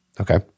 Okay